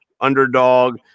underdog